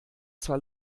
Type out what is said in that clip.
zwar